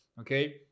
Okay